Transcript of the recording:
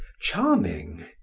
charming,